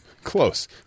Close